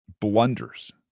blunders